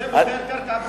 זה מוכר קרקע פרטית,